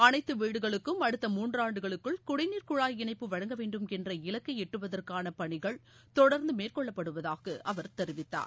அனைத்து வீடுகளுக்கும் அடுத்த மூன்றாண்டுகளுக்குள் குடிநீர் குழாய் இணைப்பு வழங்க வேண்டும் என்ற இலக்கை எட்டுவதற்கான பணிகள் தொடர்ந்து மேற்கொள்ளப்படுவதாக அவர் தெரிவித்தார்